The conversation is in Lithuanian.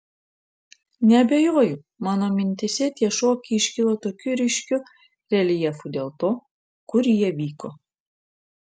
neabejoju mano mintyse tie šokiai iškilo tokiu ryškiu reljefu dėl to kur jie vyko